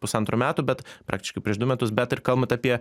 pusantrų metų bet praktiškai prieš du metus bet ir kalbant apie